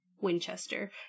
Winchester